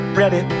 ready